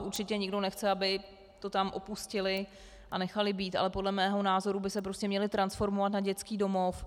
Určitě nikdo nechce, aby to tam opustili a nechali být, ale podle mého názoru by se prostě měli transformovat na dětský domov.